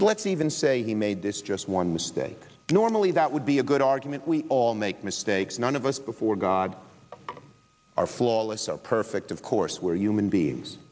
but let's even say he made this just one mistake normally that would be a good argument we all make mistakes none of us before god are flawless so perfect of course we're human beings